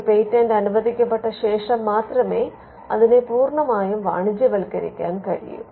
ഒരു പേറ്റന്റ് അനുവദിക്കപ്പെട്ട ശേഷം മാത്രമേ അതിനെ പൂർണ്ണമായും വാണിജ്യവത്ക്കരിക്കാൻ കഴിയൂ